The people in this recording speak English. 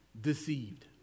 deceived